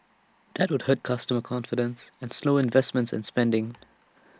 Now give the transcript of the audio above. that would hurt consumer confidence and slow investments and spending